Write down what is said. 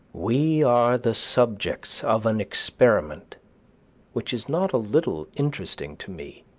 we are the subjects of an experiment which is not a little interesting to me.